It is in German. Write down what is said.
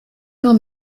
nur